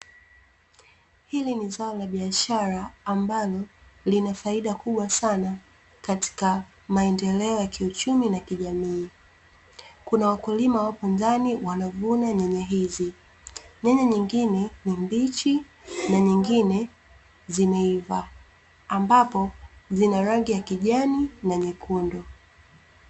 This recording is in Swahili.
Hili ni zao la biashara ambalo lina faida kubwa sana katika maendeleo ya kiuchumi na kijamii, kuna wakulima wapo ndani wanavuna nyanya hizi, nyanya nyingine ni mbichi na nyingine zimeiva ambapo zina rangi ya kijani na nyekundu.